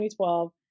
2012